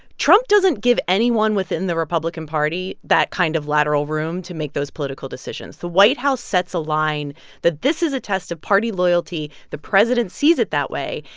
trump doesn't give anyone within the republican party that kind of lateral room to make those political decisions. the white house sets a line that this is a test of party loyalty. the president sees it that way.